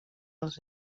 els